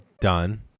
done